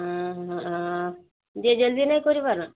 ଅଁ ହଁ ଯେ ଜଲଦି ନାଇ କରି ପାର